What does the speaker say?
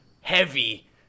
heavy